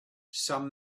some